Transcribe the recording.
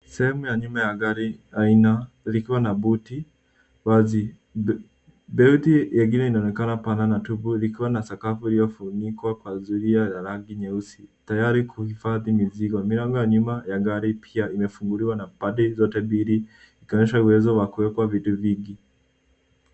Sehemu ya nyuma ya gari aina likiwa na buti wazi. Buti yengine inaonekana pana na tupu likiwa na sakafu iliyofunikwa kwa zuria ya rangi nyeusi tayari kuhifadhi mizigo. Milango ya nyuma ya gari pia imefunguliwa na pande zote mbili ikionyesha uwezo wa kuwekwa vitu vingi.